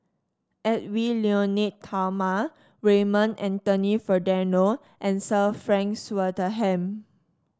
Edwy Lyonet Talma Raymond Anthony Fernando and Sir Frank Swettenham